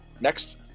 Next